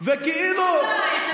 לא אולי.